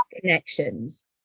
connections